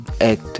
act